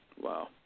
Wow